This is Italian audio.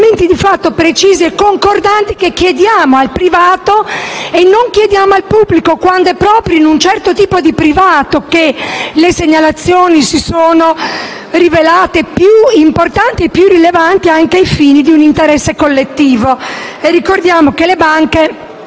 «elementi di fatto precisi e concordati», che chiediamo al privato e non al pubblico, quand'è proprio in un certo tipo di privato che le segnalazioni si sono rivelate più importanti e rilevanti anche ai fini di un interesse collettivo. Ricordiamo che le banche